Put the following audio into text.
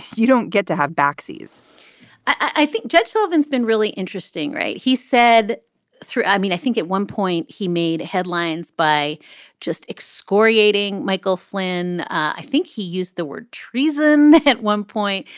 you don't get to have boxes i think judge sullivan's been really interesting. right? he said through i mean, i think at one point he made headlines by just excoriating michael flynn. i think he used the word treason at one point.